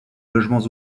logements